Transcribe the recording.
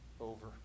over